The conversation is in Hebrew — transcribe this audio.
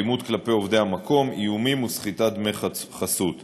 אלימות כלפי עובדי המקום, איומים וסחיטת דמי חסות.